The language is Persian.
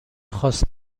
خواست